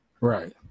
Right